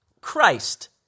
Christ